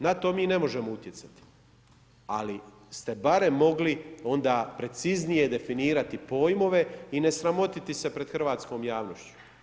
Na to mi ne možemo utjecati, ali ste barem mogli onda preciznije definirati pojmove i ne sramotiti se pred hrvatskom javnošću.